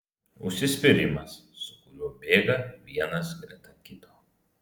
užsispyrimas su kuriuo bėga vienas greta kito